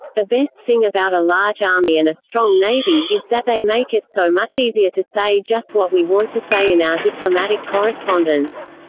the best thing about a large army and a strong navy is that they make it so much easier to say just what we want to say in our diplomatic correspondence.